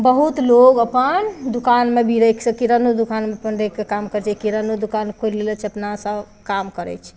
बहुत लोग अपन दोकानमे भी राखि सकी किरानो दोकानमे अपन राखि कऽ अपन काम करै छै किरानो दोकान खोइल लेले छै अपना सँ काम करै छै